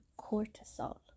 cortisol